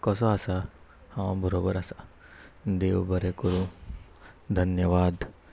कसो आसा हांव बरोबर आसा देव बरें करूं धन्यवाद